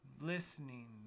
listening